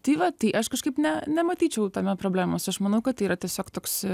tai va tai aš kažkaip ne nematyčiau tame problemos aš manau kad tai yra tiesiog toks